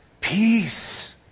peace